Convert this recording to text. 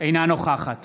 אינה נוכחת